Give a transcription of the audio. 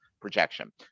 projection